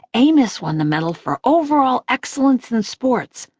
amos won the medal for overall excellence in sports,